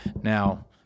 Now